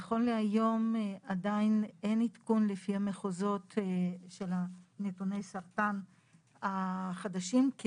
נכון להיום עדיין אין עדכון לפי המחוזות של נתוני הסרטן החדשים כי